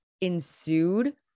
ensued